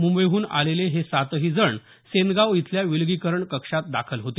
मुंबईहून आलेले हे सातही जण सेनगाव इथल्या विलगीकरण कक्षात दाखल होते